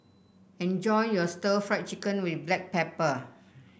enjoy your stir Fry Chicken with Black Pepper